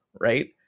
right